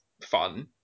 fun